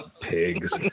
pigs